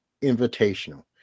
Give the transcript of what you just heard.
Invitational